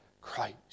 Christ